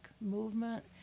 movement